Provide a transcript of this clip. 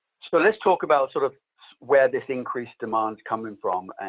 so let's talk about sort of where this increased demand is coming from.